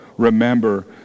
remember